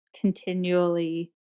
continually